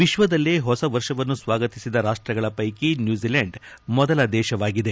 ವಿಶ್ವದಲ್ಲೇ ಹೊಸ ವರ್ಷವನ್ನು ಸ್ವಾಗತಿಸಿದ ರಾಷ್ಟಗಳ ಪೈಕಿ ನ್ಯೂಜಿಲೆಂಡ್ ಮೊದಲ ದೇಶವಾಗಿದೆ